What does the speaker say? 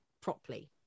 properly